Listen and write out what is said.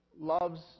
loves